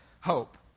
hope